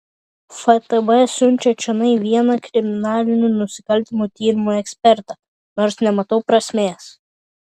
ftb siunčia čionai vieną kriminalinių nusikaltimų tyrimų ekspertą nors nematau prasmės